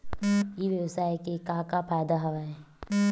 ई व्यवसाय के का का फ़ायदा हवय?